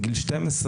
כמחצית נשים,